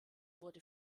wurde